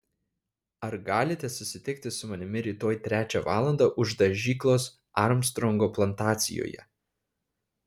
ar galite susitikti su manimi rytoj trečią valandą už dažyklos armstrongo plantacijoje